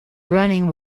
running